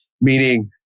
meaning